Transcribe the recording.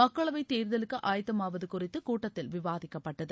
மக்களவைத் தேர்தலுக்கு ஆயத்தமாவதுகுறித்து கூட்டத்தில் விவாதிக்கப்பட்டது